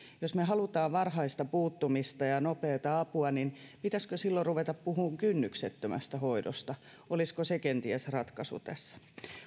jos me haluamme varhaista puuttumista ja nopeata apua niin pitäisikö silloin ruveta puhua kynnyksettömästä hoidosta olisiko se kenties ratkaisu tässä